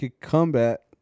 combat